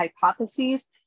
hypotheses